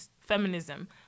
feminism